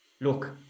Look